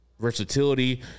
versatility